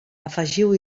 afegiu